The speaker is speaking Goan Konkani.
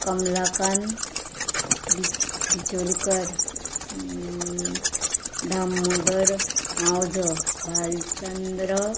कमलाकांत बिच बिचोलकर दामोदर मावजो भालचंद्र